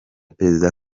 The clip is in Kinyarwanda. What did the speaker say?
perezida